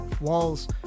Walls